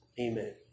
Amen